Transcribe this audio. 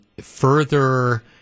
further